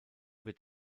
wird